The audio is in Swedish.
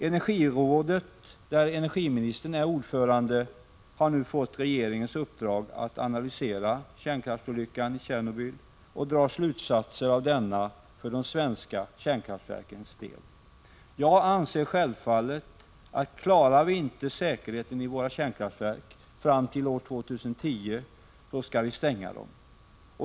Energirådet, där energiministern är ordförande, har nu fått regeringens uppdrag att analysera kärnkraftsolyckan i Tjernobyl och dra slutsatser av denna för de svenska kärnkraftverkens del. Jag anser självfallet att om vi inte klarar säkerheten i våra kärnkraftverk fram till år 2010 skall vi stänga dem.